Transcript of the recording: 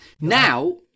Now